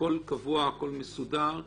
הכול קבוע, הכול מסודר וידוע.